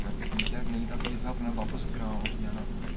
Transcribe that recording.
ते ठीक ऐ नेईं ते फ्ही असें अपने बापस ग्रांऽ उठी जाना